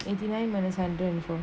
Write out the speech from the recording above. eighty nine minus hundred and four